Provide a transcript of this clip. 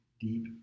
deep